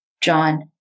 John